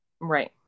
Right